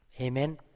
Amen